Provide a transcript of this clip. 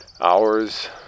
hours